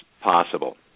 possible